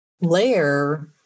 layer